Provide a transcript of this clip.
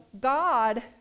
God